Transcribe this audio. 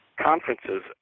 conferences